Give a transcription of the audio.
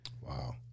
Wow